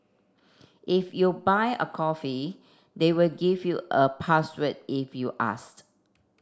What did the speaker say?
if you buy a coffee they will give you a password if you asked